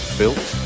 built